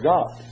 God